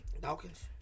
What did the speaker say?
Dawkins